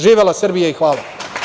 Živela Srbija i hvala.